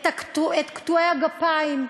את קטועי הגפיים,